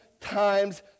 times